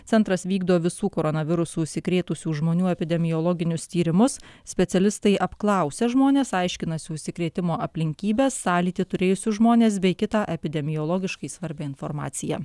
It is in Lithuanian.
centras vykdo visų koronavirusu užsikrėtusių žmonių epidemiologinius tyrimus specialistai apklausė žmones aiškinasi užsikrėtimo aplinkybes sąlytį turėjusius žmones bei kitą epidemiologiškai svarbią informaciją